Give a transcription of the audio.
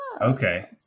okay